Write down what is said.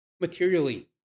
materially